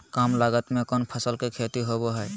काम लागत में कौन फसल के खेती होबो हाय?